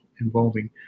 involving